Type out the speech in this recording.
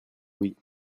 oui